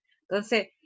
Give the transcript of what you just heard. Entonces